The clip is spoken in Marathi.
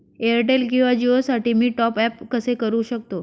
एअरटेल किंवा जिओसाठी मी टॉप ॲप कसे करु शकतो?